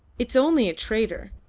it's only a trader,